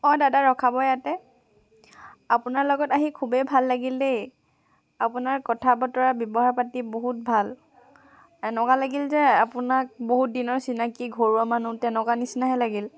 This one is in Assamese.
হয় দাদা ৰখাব ইয়াতে আপোনাৰ লগত আহি খুবেই ভাল লাগিল দেই আপোনাৰ কথা বতৰা ব্যৱহাৰ পাতি বহুত ভাল এনেকুৱা লাগিল যে আপোনাক বহুত দিনৰ চিনাকি ঘৰুৱা মানুহ তেনেকুৱা নিচিনাহে লাগিল